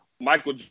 Michael